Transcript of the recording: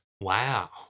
Wow